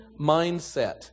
mindset